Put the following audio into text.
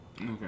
okay